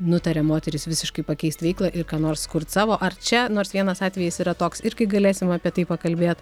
nutarė moterys visiškai pakeisti veiklą ir ką nors kurti savo ar čia nors vienas atvejis yra toks irgi galėsime apie tai pakalbėt